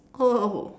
oh